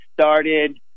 started